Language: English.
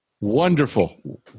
Wonderful